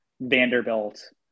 Vanderbilt